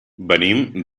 venim